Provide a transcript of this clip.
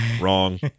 wrong